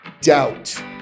Doubt